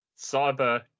Cyber